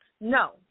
No